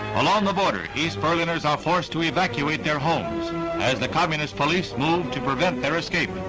along the border, east berliners are forced to evacuate their homes as the communist police move to prevent their escape.